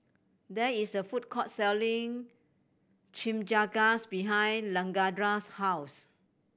there is a food court selling Chimichangas behind Lakendra's house